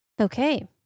Okay